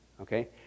Okay